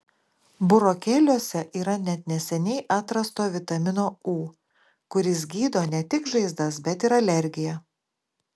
burokėliuose yra net neseniai atrasto vitamino u kuris gydo ne tik žaizdas bet ir alergiją